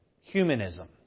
humanism